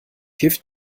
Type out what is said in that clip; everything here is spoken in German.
hilft